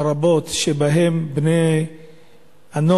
הרבות שבהן בני-הנוער,